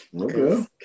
Okay